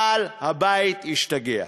בעל-הבית השתגע.